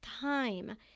time